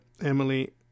Emily